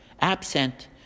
absent